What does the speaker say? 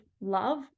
love